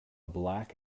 black